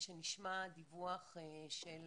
ושנשמע דיווח של